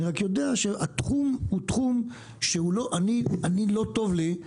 לא טוב לי,